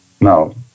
Now